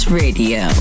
radio